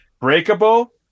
breakable